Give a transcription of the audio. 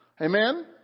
Amen